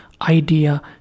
idea